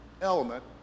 element